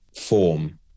form